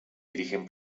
dirigen